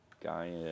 Guy